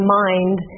mind